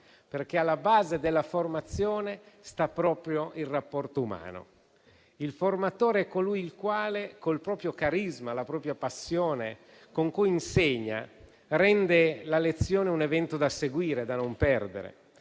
perché alla base della formazione sta proprio il rapporto umano. Il formatore è colui il quale, con il proprio carisma e con la passione con cui insegna, rende la lezione un evento da seguire, da non perdere.